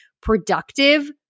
productive